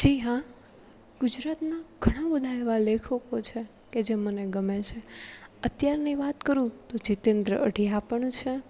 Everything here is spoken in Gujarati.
જી હા ગુજરાતના ઘણા બધા એવા લેખકો છે કે જે મને ગમે છે અત્યારની વાત કરું તો જિતેન્દ્ર અઢિયા પણ છે